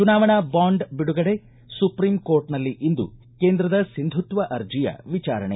ಚುನಾವಣಾ ಬಾಂಡ್ ಬಿಡುಗಡೆ ಸುಪ್ರೀಂ ಕೋರ್ಟ್ನಲ್ಲಿ ಇಂದು ಕೇಂದ್ರದ ಸಿಂಧುತ್ವ ಅರ್ಜಿಯ ವಿಚಾರಣೆ